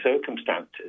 circumstances